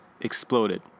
exploded